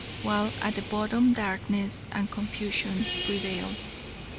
while at the bottom darkness and confusion prevailed.